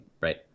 right